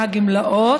(גמלאות)